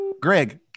Greg